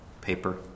Paper